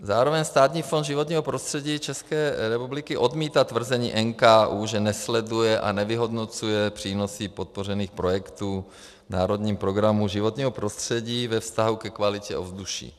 Zároveň Státní fond životního prostředí České republiky odmítá tvrzení NKÚ, že nesleduje a nevyhodnocuje přínosy podpořených projektů v národním programu životního prostředí ve vztahu ke kvalitě ovzduší.